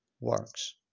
works